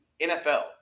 NFL